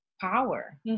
power